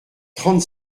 trente